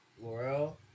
Laurel